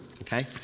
Okay